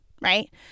right